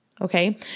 Okay